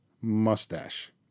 mustache